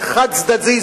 זה חד-צדדי,